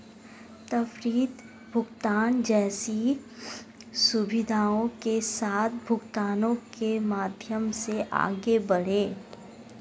त्वरित भुगतान जैसी सुविधाओं के साथ भुगतानों के माध्यम से आगे बढ़ें